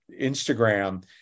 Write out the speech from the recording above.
Instagram